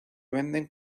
venden